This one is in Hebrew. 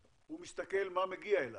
הוא מסתכל מה מגיע אליו.